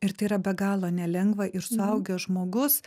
ir tai yra be galo nelengva ir suaugęs žmogus